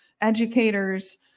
educators